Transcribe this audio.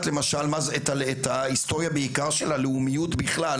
למשל את ההיסטוריה בעיקר של הלאומיות בכלל,